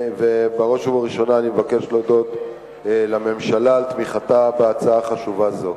ובראש ובראשונה אני מבקש להודות לממשלה על תמיכתה בהצעה חשובה זו.